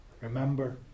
Remember